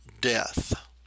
death